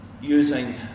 using